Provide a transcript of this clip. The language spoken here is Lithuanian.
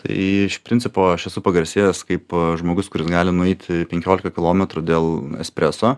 tai iš principo aš esu pagarsėjęs kaip žmogus kuris gali nueiti penkiolika kilometrų dėl espreso